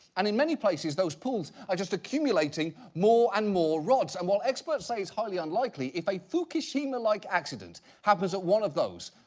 and in many places those pools are just accumulating more and more rods. and while experts say it's highly unlikely, if a fukushima-like accident happens at one of those,